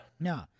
No